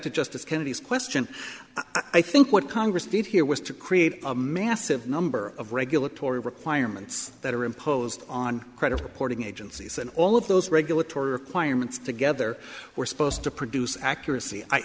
to justice kennedy's question i think what congress did here was to create a massive number of regulatory requirements that are imposed on credit reporting agencies and all of those regulatory requirements together were supposed to produce accuracy i